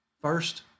First